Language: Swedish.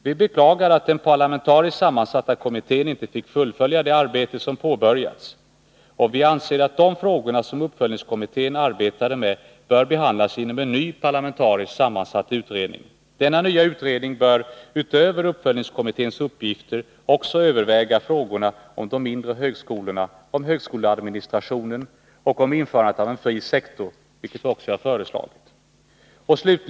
Vi beklagar att den parlamentariskt sammansatta kommittén inte fick fullfölja det arbete som påbörjats, och vi anser att de frågor som uppföljningskommittén arbetade med bör behandlas inom en ny parlamentariskt sammansatt utredning. Denna nya utredning bör utöver uppföljningskommitténs uppgifter också överväga frågorna om de mindre högskolorna, om högskoleadministrationen och om införandet av en fri sektor, vilket vi också föreslagit.